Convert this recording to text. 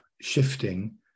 shifting